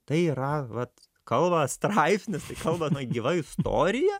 tai yra vat kalba straipsnis tai kalba na gyva istorija